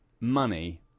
money